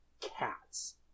cats